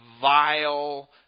vile